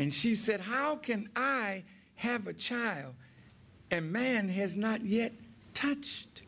and she said how can i have a child and man has not yet touched